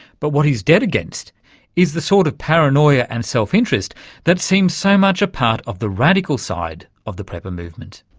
but what he's dead against is the sort of paranoia and self-interest that seems so much a part of the radical side of the prepper movement.